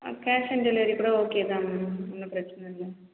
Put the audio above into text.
a cash on delivery கூட okay தான் ma'am ஒன்றும் பிரச்சினை இல்லை